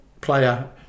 player